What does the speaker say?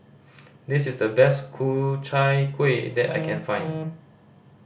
this is the best Ku Chai Kuih that I can find